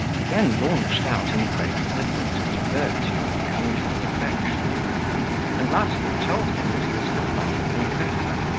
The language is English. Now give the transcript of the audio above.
he then launched out in praise of her daughter's virtue and conjugal affection and, lastly, told him, that he was her father-confessor,